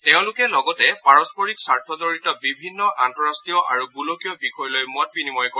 তেওঁলোকে লগতে পাৰস্পৰিক স্বাৰ্থ জড়িত বিভিন্ন আন্তঃৰাট্টীয় আৰু গোলকীয় বিষয় লৈ মত বিনিময় কৰিব